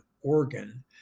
organ